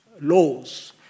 laws